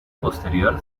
posterior